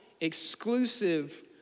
exclusive